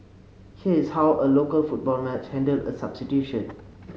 here is how a local football match handled a substitution